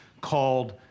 called